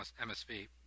MSV